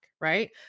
right